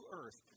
earth